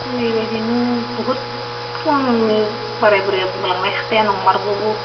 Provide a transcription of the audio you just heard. बेबायदिनो बहुद सिगांनि बोराय बुरैया बुंलांनाय खोथाया नंमारगौबो